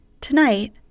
Tonight